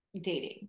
dating